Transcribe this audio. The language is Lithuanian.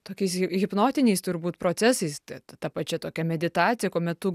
tokiais hi hipnotiniais turbūt procesais ta ta pačia tokia meditacija kuomet tu